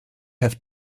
have